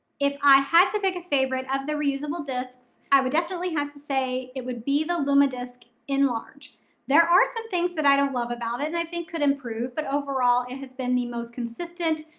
if i had to pick a favorite of the reusable discs i would definitely have to say it would be the lumma disc in large there are some things that i don't love about it and i think could improve but overall it has been the most consistent.